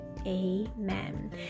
amen